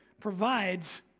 provides